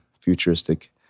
futuristic